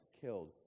killed